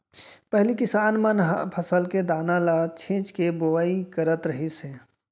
पहिली किसान मन ह फसल के दाना ल छिंच के बोवाई करत रहिस हे